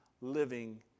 living